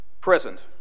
Present